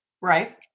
right